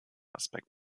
aspekt